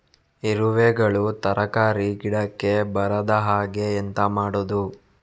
ಇರುವೆಗಳು ತರಕಾರಿ ಗಿಡಕ್ಕೆ ಬರದ ಹಾಗೆ ಎಂತ ಮಾಡುದು?